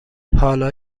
حالا